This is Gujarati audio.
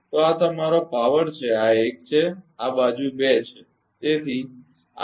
તો આ તમારો પાવર છે આ 1 છે અને આ બાજુ 2 છે